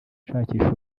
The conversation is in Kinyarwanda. nshakisha